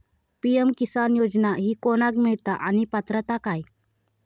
PM Kisan योजना ही कोणाक मिळता आणि पात्रता काय?